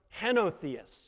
henotheists